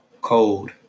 cold